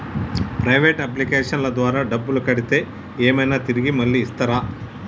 Private అప్లికేషన్ల ద్వారా డబ్బులు కడితే ఏమైనా తిరిగి మళ్ళీ ఇస్తరా?